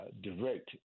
direct